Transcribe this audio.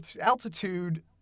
altitude